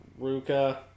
Ruka